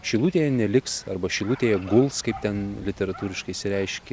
šilutėje neliks arba šilutėje guls kaip ten literatūriškai išsireiškė